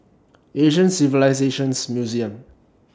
Asian Civilisations Museum